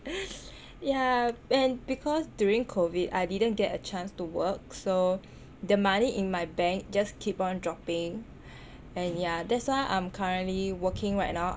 ya and because during COVID I didn't get a chance to work so the money in my bank just keep on dropping and yah that's why I'm currently working right now